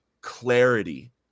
clarity